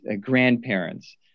grandparents